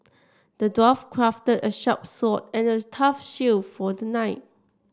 the dwarf crafted a sharp sword and a tough shield for the knight